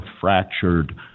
fractured